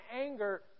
anger